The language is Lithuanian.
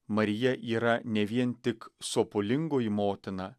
marija yra ne vien tik sopulingoji motina